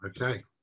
okay